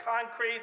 concrete